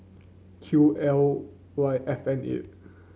Q L Y F N eight